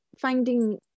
finding